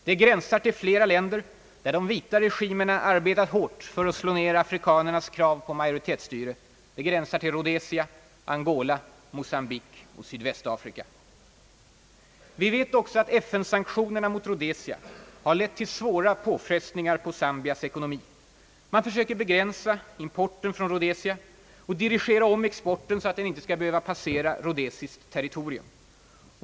Det gränsar till flera länder, där de vita regimerna arbetar hårt för att slå ned afrikanernas krav på majoritetsstyre: Rhodesia, Angola, Mocambique och Sydvästafrika. Vi vet också att FN-sanktionerna mot Rhodesia har lett till svåra påfrestningar på Zambias ekonomi. Man försöker begränsa importen från Rhodesia och dirigera om exporten, så att den inte skall behöva passera rhodesiskt territorium.